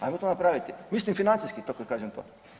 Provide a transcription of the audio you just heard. Ajmo to napraviti, mislim financijski kada kažem to.